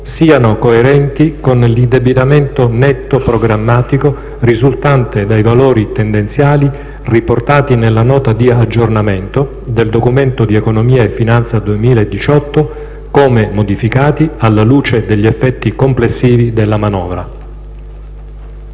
siano coerenti con l'indebitamento netto programmatico risultante dai valori tendenziali riportati nella Nota di aggiornamento del Documento di economia e finanza 2018, come modificati alla luce degli effetti complessivi della manovra».